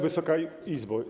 Wysoka Izbo!